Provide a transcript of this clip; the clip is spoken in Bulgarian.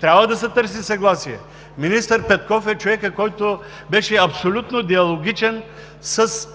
трябва да се търси съгласие. Министър Петков е човекът, който беше абсолютно диалогичен с